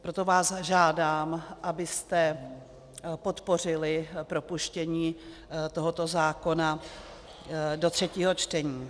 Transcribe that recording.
Proto vás žádám, abyste podpořili propuštění tohoto zákona do třetího čtení.